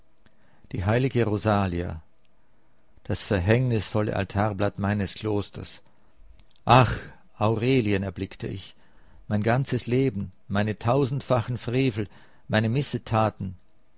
die heilige rosalia das verhängnisvolle altarblatt meines klosters ach aurelien erblickte ich mein ganzes leben meine tausendfachen frevel meine missetaten